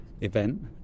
event